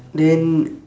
then